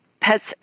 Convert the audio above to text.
pets